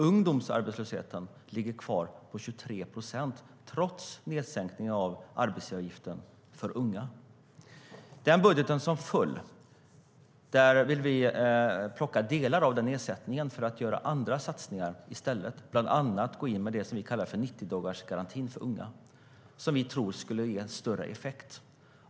Ungdomsarbetslösheten ligger kvar på 23 procent trots nedsättningen av arbetsgivaravgiften för unga. Genom den budget som föll ville vi plocka delar av nedsättningen för att göra andra satsningar i stället, bland annat det som vi kallar 90-dagarsgarantin för unga, som vi tror skulle ge större effekt.